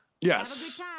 Yes